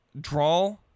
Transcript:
draw